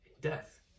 death